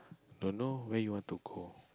don't know where you want to go